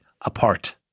apart